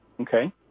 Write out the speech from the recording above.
Okay